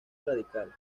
radical